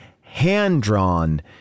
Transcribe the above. hand-drawn